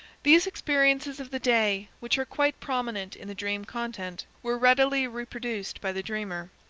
these experiences of the day, which are quite prominent in the dream content, were readily reproduced by the dreamer.